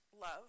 love